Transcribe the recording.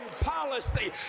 policy